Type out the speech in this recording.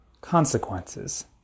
consequences